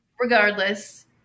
regardless